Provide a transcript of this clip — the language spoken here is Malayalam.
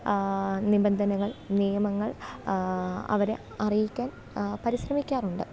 നിബന്ധനകള് നിയമങ്ങള് അവരെ അറിയിക്കാന് പരിശ്രമിക്കാറുണ്ട്